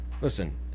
Listen